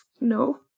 No